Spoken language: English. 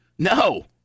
No